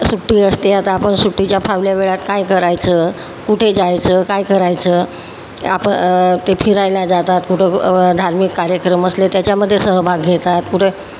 सुट्टी असते आता आपण सुट्टीच्या फावल्या वेळात काय करायचं कुठे जायचं काय करायचं आप ते फिरायला जातात कुठं धार्मिक कार्यक्रम असले त्याच्यामध्ये सहभाग घेतात कुठं